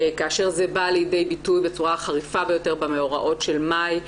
כאשר זה בא לידי ביטוי בצורה החריפה ביותר במאורעות של מאי,